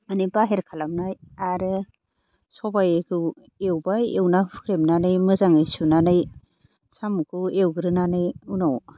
माने बाहेर खालामनाय आरो सबायखौ एवबाय एवना हुख्रेमनानै मोजाङै सुनानै साम'खौ एवग्रोनानै उनाव